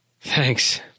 Thanks